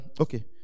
Okay